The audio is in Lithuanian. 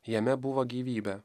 jame buvo gyvybė